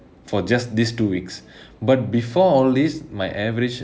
for just these two weeks but before all this my average